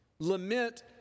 Lament